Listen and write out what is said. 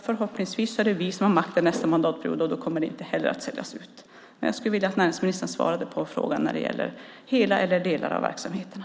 Förhoppningsvis är det vi som har makten nästa mandatperiod och då kommer de inte heller att säljas ut. Men jag skulle vilja att näringsministern svarar på frågan när det gäller hela eller delar av verksamheterna.